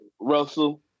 Russell